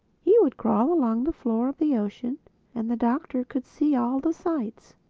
he would crawl along the floor of the ocean and the doctor could see all the sights.